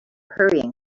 hurrying